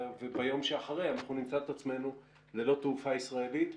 וביום שאחרי אנחנו נמצא את עצמנו ללא תעופה ישראלית.